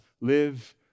live